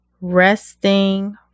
resting